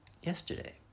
yesterday